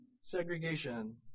segregation